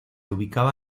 ubicaba